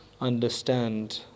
understand